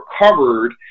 recovered